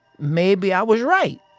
maybe i was right.